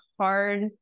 hard